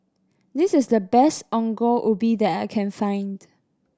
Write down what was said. this is the best Ongol Ubi that I can find